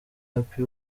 happy